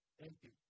empty